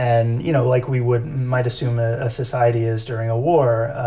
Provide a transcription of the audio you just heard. and, you know, like we would might assume ah a society is during a war.